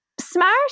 Smart